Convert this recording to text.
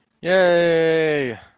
Yay